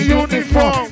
uniform